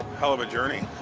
hell of a journey.